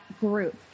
group